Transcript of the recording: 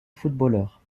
footballeur